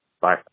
bye